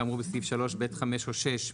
כאמור בסעיף 3(ב)(5) או (6),